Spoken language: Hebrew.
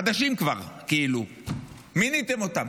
חדשים כבר כאילו, מיניתם אותם.